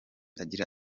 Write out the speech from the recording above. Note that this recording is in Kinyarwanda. agira